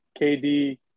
KD